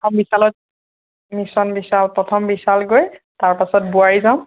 প্ৰথম বিশালত বিশাল বিশাল প্ৰথম বিশাল গৈ তাৰপাছত বোৱাৰী যাম